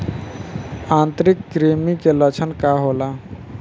आंतरिक कृमि के लक्षण का होला?